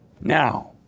Now